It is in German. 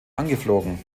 angeflogen